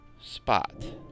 spot